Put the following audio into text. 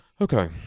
Okay